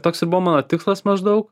toks ir buvo mano tikslas maždaug